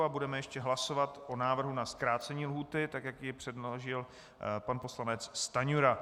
A budeme ještě hlasovat o návrhu na zkrácení lhůty, jak jej předložil pan poslanec Stanjura.